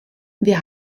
wir